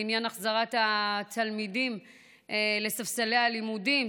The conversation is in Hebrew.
לעניין החזרת התלמידים לספסלי הלימודים,